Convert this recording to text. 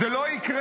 זה לא יקרה,